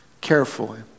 carefully